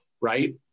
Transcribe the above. right